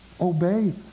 obey